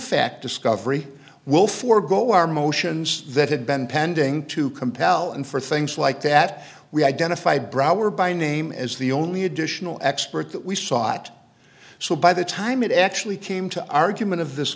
fact discovery will forego our motions that had been pending to compel and for things like that we identify brouwer by name as the only additional expert that we sought so by the time it actually came to argument of this